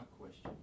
question